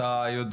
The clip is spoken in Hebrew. אתה יודע